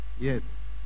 Yes